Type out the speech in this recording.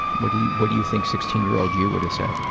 what do you, what do you think sixteen year old you would have said?